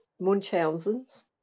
munchausens